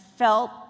Felt